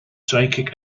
psychic